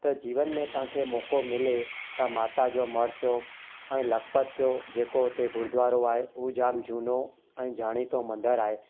त जीवन में तव्हांखे मौको मिले त माता जो मड़ थियो ऐं लखपत थियो जेको उते गुरुद्वारो आहे उहो जाम झूनो ऐं ॼाणी थो मंदरु आहे